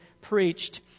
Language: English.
preached